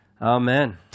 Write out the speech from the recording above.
Amen